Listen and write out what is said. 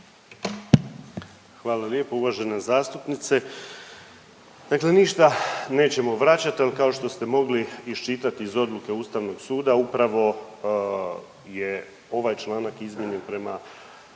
Hvala lijepo uvažena zastupnice. Dakle, ništa nećemo vraćat jer kao što ste mogli iščitati iz odluke Ustavnog suda, upravo je ovaj članak izmijenjen prema